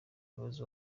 umuyobozi